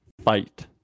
fight